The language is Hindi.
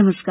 नमस्कार